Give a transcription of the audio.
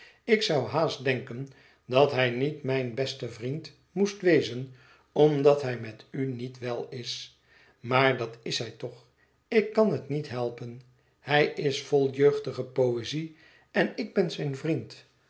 ik zou haast denken dat hij niet mijn beste vriend moest wezen omdat hij met u niet wel is maar dat is hij toch ik kan het niet helpen hij is vol jeugdige poëzie en ik ben zijn vriend